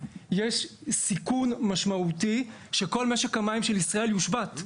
יש סיכון משמעותי שכל משק המים של ישראל יושבת,